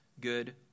good